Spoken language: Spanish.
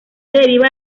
deriva